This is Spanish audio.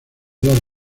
dar